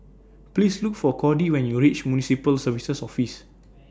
Please Look For Cordie when YOU REACH Municipal Services Office